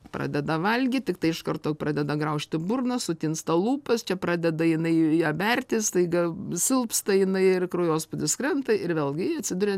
pradeda valgyt tiktai iš karto pradeda graužti burną sutinsta lūpos čia pradeda jinai ją berti staiga silpsta jinai ir kraujospūdis krenta ir vėlgi ji atsiduria